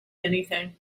anything